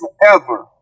forever